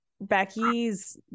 Becky's